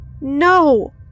No